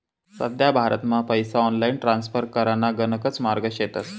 सध्या भारतमा पैसा ऑनलाईन ट्रान्स्फर कराना गणकच मार्गे शेतस